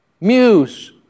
Muse